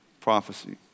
prophecy